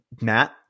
Matt